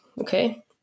Okay